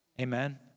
Amen